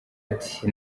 ati